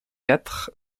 quatre